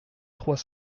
trois